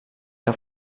que